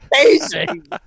amazing